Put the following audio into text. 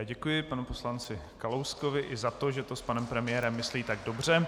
Děkuji panu poslanci Kalouskovi i za to, že to s panem premiérem myslí tak dobře.